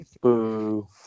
Boo